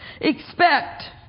expect